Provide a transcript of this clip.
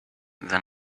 than